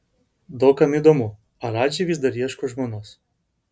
daug kam įdomu ar radži vis dar ieško žmonos